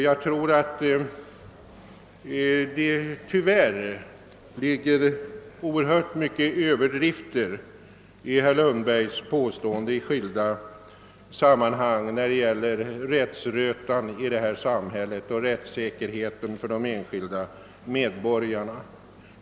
Jag tror dock att det ligger mycken överdrift i herr Lundbergs påståenden i skilda sammanhang om rättsrötan i samhället och om bristande rättssäkerhet för de enskilda medborgarna.